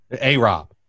A-Rob